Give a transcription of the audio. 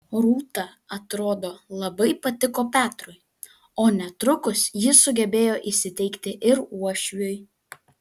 rūta atrodo labai patiko petrui o netrukus ji sugebėjo įsiteikti ir uošviui